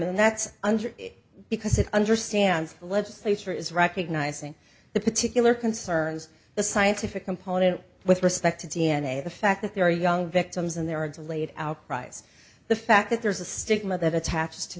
and that's under because it understands the legislature is recognizing the particular concerns the scientific component with respect to d n a the fact that there are young victims and there are delayed outcries the fact that there's a stigma that attaches to